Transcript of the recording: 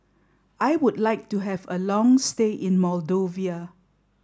I would like to have a long stay in Moldova